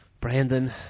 Brandon